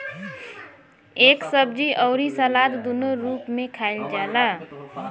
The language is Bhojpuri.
एके सब्जी अउरी सलाद दूनो रूप में खाईल जाला